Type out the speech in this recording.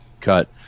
cut